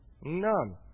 None